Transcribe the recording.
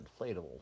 inflatable